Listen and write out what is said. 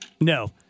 No